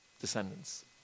Descendants